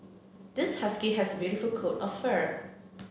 this husky has a beautiful coat of fur